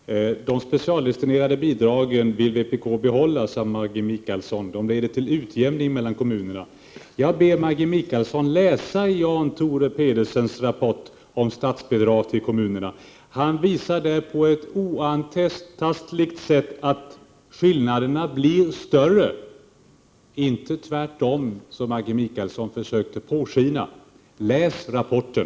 Herr talman! De specialdestinerade bidragen vill vpk behålla, sade Maggi Mikaelsson. De leder till utjämning mellan kommunerna. Jag ber Maggi Mikaelsson att läsa Jan Thore Pedersens rapport om statsbidrag till kommunerna. Han visar på ett oantastligt sätt att skillnaderna blir större, inte tvärtom, som Maggi Mikaelsson försökte låta påskina. Läs rapporten!